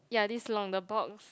ya this long the box